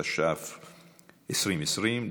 התש"ף 2020,